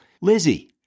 Lizzie